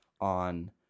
on